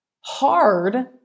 Hard